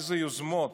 אילו יוזמות?